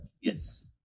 Yes